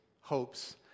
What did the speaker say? hopes